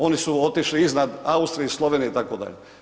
Oni su otišli iznad Austrije i Slovenije itd.